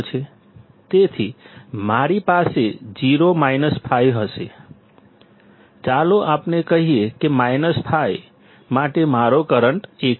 તેથી મારી પાસે 0 5 હશે ચાલો આપણે કહીએ કે 5 માટે મારો કરંટ 1 છે